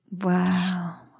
Wow